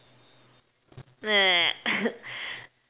meh